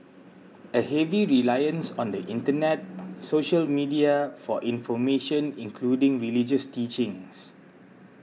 a heavy reliance on the Internet social media for information including religious teachings